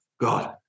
god